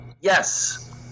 yes